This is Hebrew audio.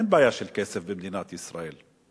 אין בעיה של כסף במדינת ישראל,